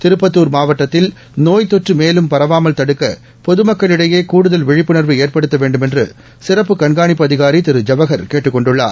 திருப்பத்தூர் மாவட்டத்தில் நோய் தொற்று மேலும் பரவாமல் தடுக்க பொதுமக்களிடையே கூடுதல் விழிப்புணாவு ஏற்படுத்த வேண்டுமென்று சிறப்பு கண்காணிப்பு அதிகாரி திரு ஜவஹர் கேட்டுக் கொண்டுள்ளார்